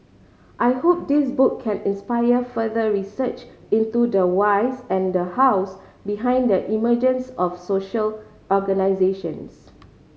I hope this book can inspire further research into the whys and the hows behind the emergence of social organisations